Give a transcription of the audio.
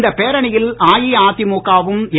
இந்த பேரணியில் அஇஅதிமுகவும் என்